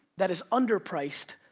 that is underpriced,